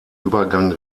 übergang